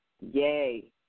yay